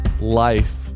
life